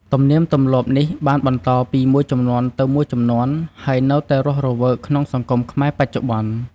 ទំនៀមទម្លាប់នេះបានបន្តពីមួយជំនាន់ទៅមួយជំនាន់ ហើយនៅតែរស់រវើកក្នុងសង្គមខ្មែរបច្ចុប្បន្ន។